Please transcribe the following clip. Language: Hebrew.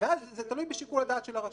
ואז זה תלוי בשיקול הדעת של הרשם.